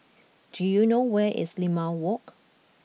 do you know where is Limau Walk